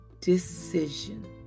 decision